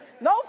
no